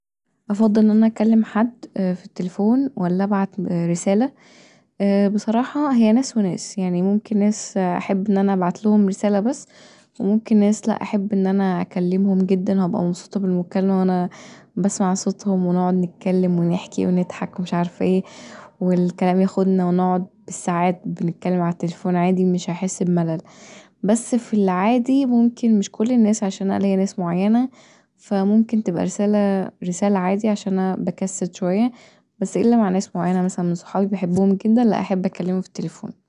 أفضل ان انا أكلم حد في التليفون ولا ان انا أبعت رسالة، بصراحه هي ناس وناس يعني ممكن ناس احب ان انا ابعتلهم رساله بس وممكن ناس لأ احب ان انا أكلمهم جدا وهبقي مبسوطه بالمكالمه وانا بسمع صوتهم ونقعد نتكلم ونحكي ونضحك ومش عارفه ايه والكلام ياخدنا ونقعد بالسعات بنتكلم علي التليفون عادي مش هحس بملل بس في العادي ممكن مش كل الناس عشان انا ليا ناس معينه فممكن نبقي رساله رساله عادي عشان انا بكسل شويه بس الا مع ناس معينة مثلا من صحابي بحبهم جدا لأ احب أكلمهم في التليفون